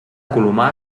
colomar